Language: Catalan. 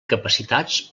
capacitats